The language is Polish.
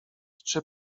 czy